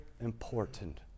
important